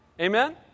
Amen